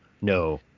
no